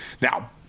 Now